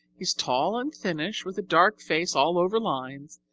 he's tall and thinnish with a dark face all over lines,